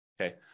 Okay